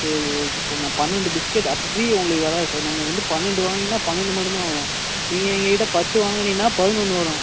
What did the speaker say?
சரி okay sir நான் பன்னிரெண்டு பிஸ்கெட் அப்போ ஃப்ரீ உங்களுக்கு வராது சார் நீங்கள் வந்து பன்னிரெண்டு வாங்குனீங்கன்னா பன்னிரெண்டு மட்டும் தான் வரும் நீங்கள் எங்ககிட்ட பத்து வாங்குனீங்கன்னா பதினொன்று வரும்